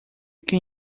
can